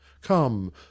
Come